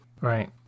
right